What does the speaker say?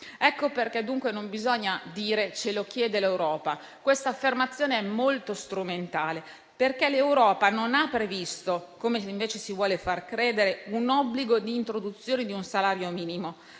Ecco perché non bisogna dire «ce lo chiede l'Europa»: questa affermazione è molto strumentale, perché l'Europa non ha previsto - come invece si vuole far credere - l'obbligo di introduzione di un salario minimo,